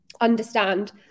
understand